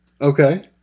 Okay